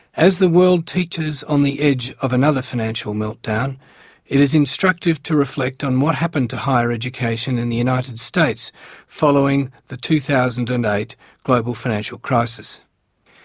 as the world teeters on the edge of another financial meltdown it is instructive to reflect on what happened to higher education in the united states following the two thousand and eight global financial crises.